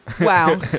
Wow